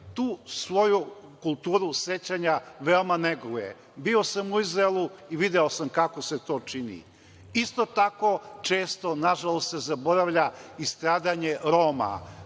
tu svoju kulturu sećanja veoma neguje. Bio sam u Izraelu i video sam kako se to čini. Isto tako često, nažalost, se zaboravlja i stradanje Roma.